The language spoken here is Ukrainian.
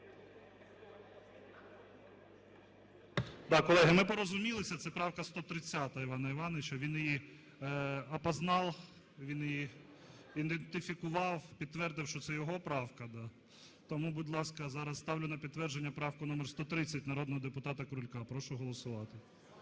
Колеги, ми порозумілися. Це правка 130 Івана Івановича. Він її опознал, він її ідентифікував, підтвердив, що це його правка. Тому, будь ласка, зараз ставлю на підтвердження правку номер 130 народного депутата Крулька. Прошу голосувати.